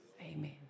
amen